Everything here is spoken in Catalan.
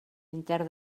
intern